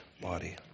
body